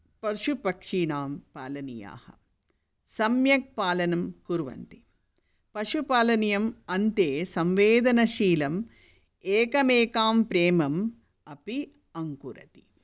पशुपक्षीणां पालनीयाः सम्यक् पालनं कुर्वन्ति पशु पालनीयम् अन्ते सम्वेदनशीलम् एकमेकां प्रेमम् अपि अङ्कुरति